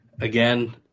again